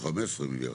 15 מיליארד.